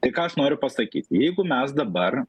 tai ką aš noriu pasakyt jeigu mes dabar